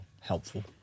helpful